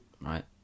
Right